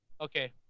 Okay